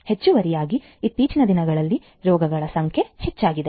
ಹೆಚ್ಚುವರಿಯಾಗಿ ಇತ್ತೀಚಿನ ದಿನಗಳಲ್ಲಿ ರೋಗಗಳ ಸಂಖ್ಯೆಯೂ ಹೆಚ್ಚಾಗಿದೆ